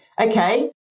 okay